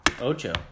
Ocho